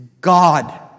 God